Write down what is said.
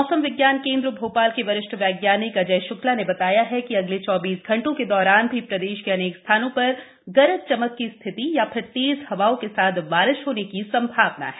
मौसम विज्ञान केन्द्र भोपाल के वरिष्ठ वैज्ञानिक अजय शुक्ला ने बताया कि अगले चौबीस घंटों के दौरान भी प्रदेश के अनेक स्थानों पर गरज चमक की स्थिति या फिर तेज हवाओं के साथ बारिश होने की संभावना है